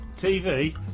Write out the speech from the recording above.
TV